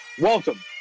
Welcome